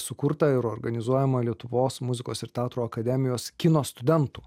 sukurtą ir organizuojamą lietuvos muzikos ir teatro akademijos kino studentų